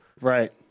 right